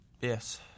yes